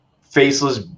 faceless